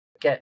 get